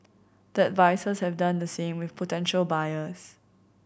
the advisers have done the same with potential buyers